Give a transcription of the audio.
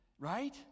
Right